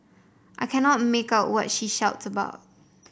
I cannot make out what she shouts about